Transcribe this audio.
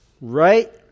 Right